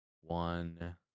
one